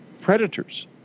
predators